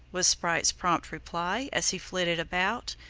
was sprite's prompt reply as he flitted about,